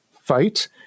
fight